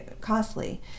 costly